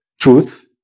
truth